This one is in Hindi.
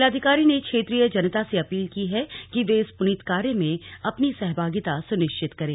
जिलाधिकारी ने क्षेत्रीय जनता से अपील की है कि वे इस पुनीत कार्य में अपनी सहभागिता सुनिश्चित करें